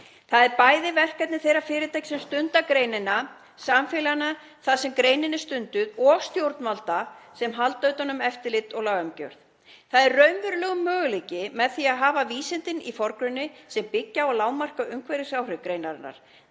Það er bæði verkefni þeirra fyrirtækja sem stunda greinina, samfélaganna þar sem greinin er stunduð og stjórnvalda sem halda utan um eftirlit og lagaumgjörð. Það er raunverulegur möguleiki með því að hafa vísindin í forgrunni sem byggja og lágmarka umhverfisáhrif greinarinnar.